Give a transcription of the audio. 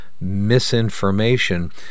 misinformation